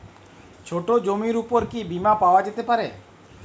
ছোট জমির উপর কি বীমা পাওয়া যেতে পারে?